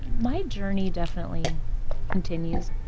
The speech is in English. my journey definitely continues.